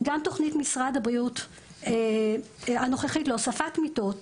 גם תוכנית משרד הבריאות הנוכחית להוספת מיטות,